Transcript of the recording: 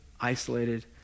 isolated